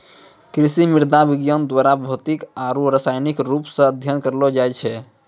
कृषि मृदा विज्ञान द्वारा भौतिक आरु रसायनिक रुप से अध्ययन करलो जाय छै